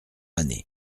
année